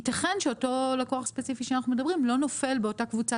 יתכן שאותו לקוח ספציפי שאנחנו מדברים לא נופל באותה קבוצה